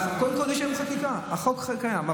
קודם כול יש חקיקה, החוק קיים.